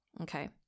Okay